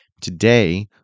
Today